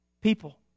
people